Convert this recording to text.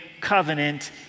covenant